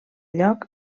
lloc